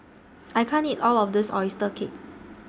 I can't eat All of This Oyster Cake